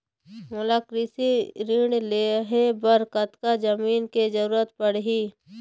मोला कृषि ऋण लहे बर कतका जमीन के जरूरत पड़ही?